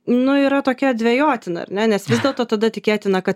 nu yra tokia dvejotina ar ne nes vis dėlto tada tikėtina kad